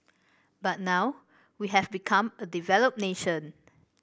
but now we have become a developed nation